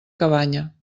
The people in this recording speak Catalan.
cabanya